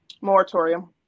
Moratorium